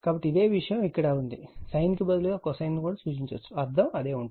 కాబట్టి అదే విషయం ఇక్కడ ఉంది sin కి బదులుగా cosine ను సూచించవచ్చు అర్థం అదే విధంగా ఉంటుంది